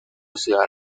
ciudad